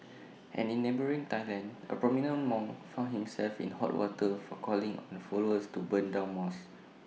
and in neighbouring Thailand A prominent monk found himself in hot water for calling on followers to burn down mosques